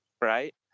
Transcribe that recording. Right